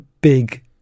big